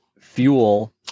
fuel